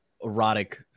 erotic